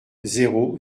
zéro